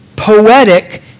poetic